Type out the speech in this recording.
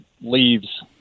leaves